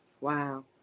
Wow